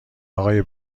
آقای